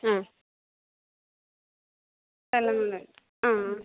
ആ സ്ഥലങ്ങൾ ആ